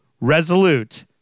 resolute